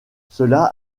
cela